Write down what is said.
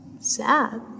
sad